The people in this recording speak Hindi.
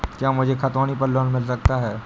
क्या मुझे खतौनी पर लोन मिल सकता है?